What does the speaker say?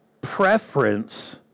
Preference